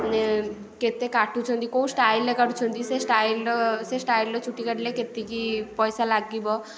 କେତେ କାଟୁଛନ୍ତି କେଉଁ ସ୍ଟାଇଲରେ କାଟୁଛନ୍ତି ସେ ସ୍ଟାଇଲର ସେ ସ୍ଟାଇଲର ଚୁଟି କାଟିଲେ କେତିକି ପଇସା ଲାଗିବ